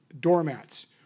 doormats